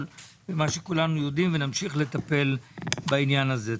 ומה שכולנו יודעים ונמשיך לטפל בעניין הזה.